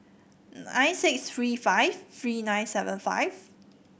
nine six three five three nine seven five